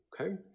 okay